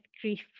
grief